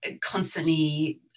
constantly